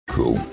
Cool